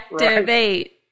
activate